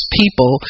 people